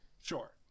sure